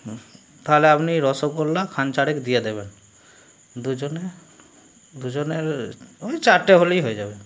তাহলে আপনি রসগোল্লা খান চারেক দিয়ে দেবেন দুজনে দুজনের ও ওই চারটে হলেই হয়ে যাবে